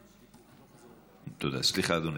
סליחה, אדוני.